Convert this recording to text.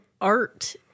art